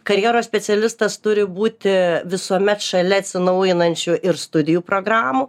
karjeros specialistas turi būti visuomet šalia atsinaujinančių ir studijų programų